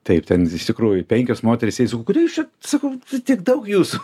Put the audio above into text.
taip ten iš tikrųjų penkios moterys jai sakau kodėl jūs čia sakau tiek daug jūsų